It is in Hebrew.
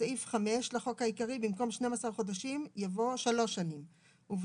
בסעיף 5 לחוק העיקרי: במקום "..12 חודשים.." יבוא: "..שלוש שנים.."